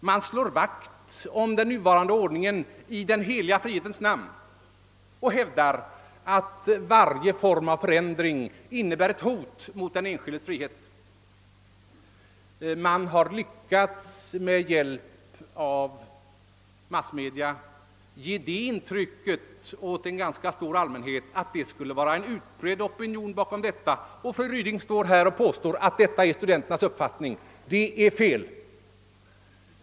Man slår vakt om den nuvarande ordningen i den heliga frihetens namn och hävdar att varje form av förändring innebär ett hot mot den enskildes frihet. Man har lyckats med hjälp av massmedia ge det intrycket hos en ganska stor allmänhet, att det skulle finnas en utbredd opinion bakom detta, och fru Ryding står här och påstår att detta är studenterna uppfattning. Det är fel!